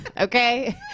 Okay